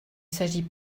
s’agit